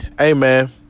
Amen